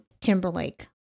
Timberlake